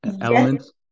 elements